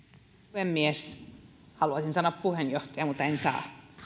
puhemies haluaisin sanoa puheenjohtaja mutta en saa